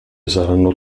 saranno